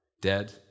dead